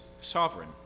sovereign